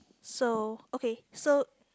so okay so